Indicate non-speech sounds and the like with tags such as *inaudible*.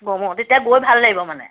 *unintelligible* তেতিয়া গৈ ভাল লাগিব মানে